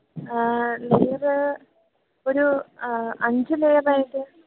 നല്ലത് ഒരു അഞ്ച് ലെയർ ആയിട്ട്